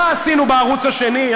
מה עשינו בערוץ השני,